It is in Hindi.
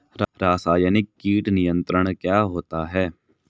रसायनिक कीट नियंत्रण क्या होता है?